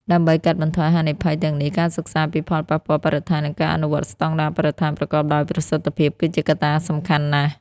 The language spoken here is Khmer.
ដើម្បីកាត់បន្ថយហានិភ័យទាំងនេះ ការសិក្សាពីផលប៉ះពាល់បរិស្ថាន និងការអនុវត្តស្តង់ដារបរិស្ថានប្រកបដោយប្រសិទ្ធភាព គឺជាកត្តាសំខាន់ណាស់។